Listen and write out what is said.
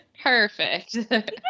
Perfect